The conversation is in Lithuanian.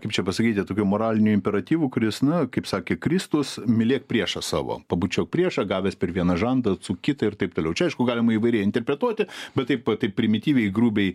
kaip čia pasakyti tokiu moraliniu imperatyvu kuris na kaip sakė kristus mylėk priešą savo pabučiuok priešą gavęs per vieną žandą atsuk kitą ir taip toliau čia aišku galima įvairiai interpretuoti bet taip pat primityviai grubiai